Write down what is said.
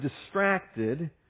distracted